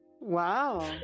wow